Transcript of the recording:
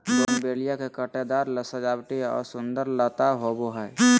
bougainvillea के कांटेदार सजावटी और सुंदर लता होबा हइ